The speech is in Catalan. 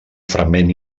fragment